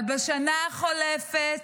אבל בשנה החולפת,